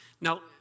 now